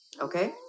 Okay